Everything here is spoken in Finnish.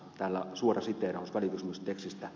täällä on suora siteeraus välikysymystekstistä